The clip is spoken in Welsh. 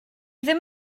ddim